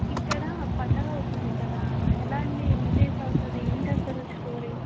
ఇక్కడ పండగ అవుతుంది కదా ఎలా అండి ఎన్ని డేస్ అవుతుంది ఏంటసలు స్టోరీ